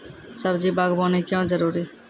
सब्जी बागवानी क्यो जरूरी?